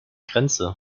grenze